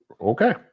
Okay